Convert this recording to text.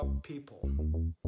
people